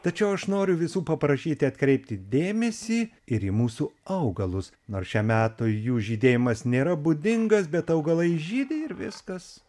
tačiau aš noriu visų paprašyti atkreipti dėmesį ir į mūsų augalus nors šiam metui jų žydėjimas nėra būdingas bet augalai žydi ir viskas